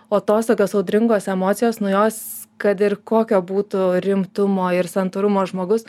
o tos tokios audringos emocijos nu jos kad ir kokio būtų rimtumo ir santūrumo žmogus